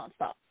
nonstop